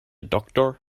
doctor